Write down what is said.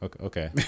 Okay